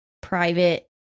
private